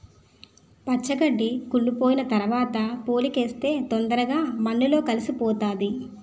పచ్చి గడ్డి కుళ్లిపోయిన తరవాత పోలికేస్తే తొందరగా మన్నులో కలిసిపోతాది